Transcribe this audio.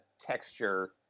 texture